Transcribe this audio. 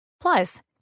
plus